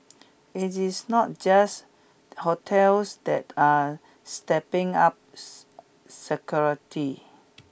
it is not just hotels that are stepping up security